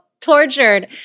tortured